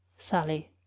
sallie.